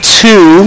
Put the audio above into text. two